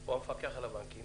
או המפקח על הבנקים